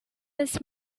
his